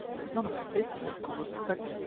it was none of my business, of course, but.